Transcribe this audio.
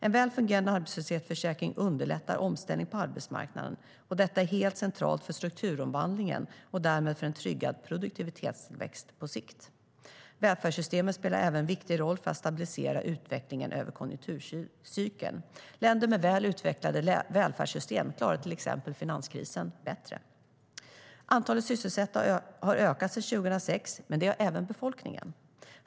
En väl fungerande arbetslöshetsförsäkring underlättar omställning på arbetsmarknaden. Detta är helt centralt för strukturomvandlingen och därmed för en tryggad produktivitetstillväxt på sikt. Välfärdssystemen spelar även en viktig roll för att stabilisera utvecklingen över konjunkturcykeln. Länder med väl utvecklade välfärdssystem klarade till exempel finanskrisen bättre. Antalet sysselsatta har ökat sedan 2006, men det har även befolkningen.